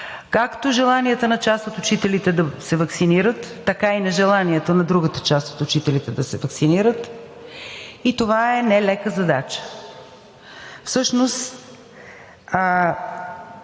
както желанията на част от учителите да се ваксинират, така и нежеланието на другата част от учителите да се ваксинират, и това е нелека задача. Всъщност,